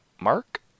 Mark